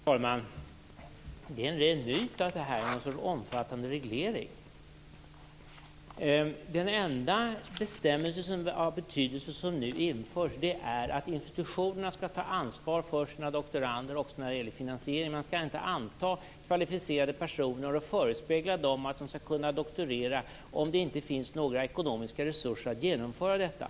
Fru talman! Det är ren myt att det här är någon sorts omfattande reglering. Den enda bestämmelse av betydelse som nu införs är att institutionerna skall ta ansvar för sina doktorander också när det gäller finansiering. Man skall inte anta kvalificerade personer och förespegla dem att de skall kunna doktorera om det inte finns några ekonomiska resurser för att genomföra detta.